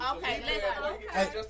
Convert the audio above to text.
Okay